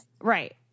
right